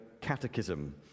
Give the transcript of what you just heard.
Catechism